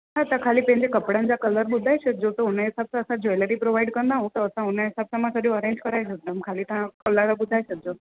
हा त ख़ाली पंहिंजे कपिड़नि जा कलर ॿुधाइ छॾिजो त उनजे हिसाब सां असां ज्वैलरी प्रोवाइड कंदा आहियूं त हुनजे हिसाब सां सॼो अरेंज करे छॾिदमि ख़ाली तव्हां कलर ॿुधाइ छॾिजो